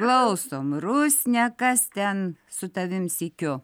klausom rusne kas ten su tavim sykiu